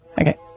Okay